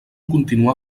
continuar